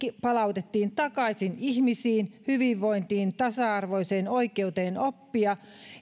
palautettiin takaisin ihmisiin hyvinvointiin tasa arvoiseen oikeuteen oppia